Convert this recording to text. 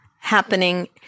happening